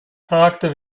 charakter